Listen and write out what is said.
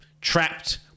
Trapped